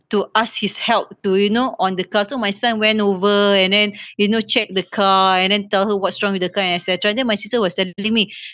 to ask his help to you know on the car so my son went over and then you know check the car and then tell her what's wrong with the car and etcetera then my sister was telling me